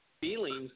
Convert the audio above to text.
feelings